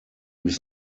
bis